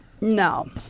No